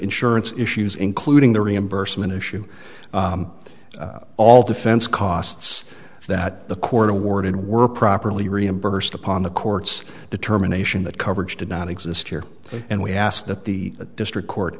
insurance issues including the reimbursement issue all defense costs that the court awarded were properly reimbursed upon the court's determination that coverage did not exist here and we asked that the district court